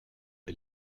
est